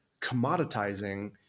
commoditizing